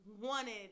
wanted